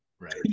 right